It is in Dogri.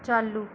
चालू